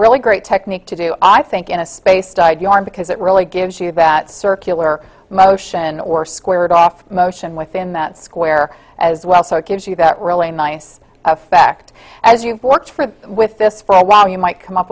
really great technique to do i think in a space because it really gives you that circular motion or squared off motion within that square as well so it gives you that really nice effect as you've worked with this for a while you might come up